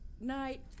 Night